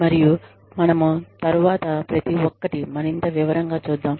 మరియు మనము తరువాత ప్రతి ఒక్కటి మరింత వివరంగా చూద్దాం